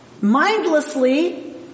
Mindlessly